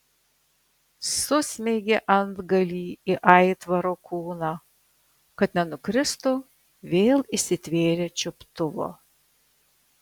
susmeigė antgalį į aitvaro kūną kad nenukristų vėl įsitvėrė čiuptuvo